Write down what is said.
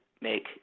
make